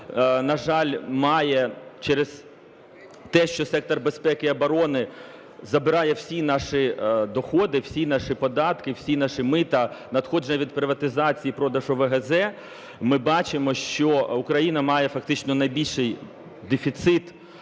на жаль, має через те, що сектор безпеки і оборони забирає всі наші доходи, всі наші податки, всі наші мита, надходження від приватизацій і продаж ОВГЗ, ми бачимо, що Україна має фактично найбільший дефіцит